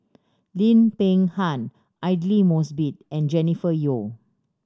Lim Peng Han Aidli Mosbit and Jennifer Yeo